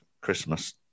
Christmas